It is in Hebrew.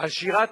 על שירת נשים.